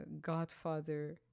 Godfather